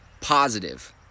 positive